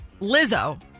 Lizzo